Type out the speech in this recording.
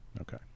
okay